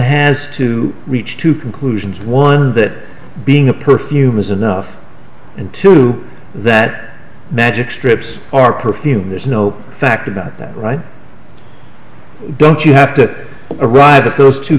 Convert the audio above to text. has to reach two conclusions one that being a perfume is enough and two that magic strips are perfume there's no fact about that right don't you have to arrive at those t